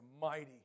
mighty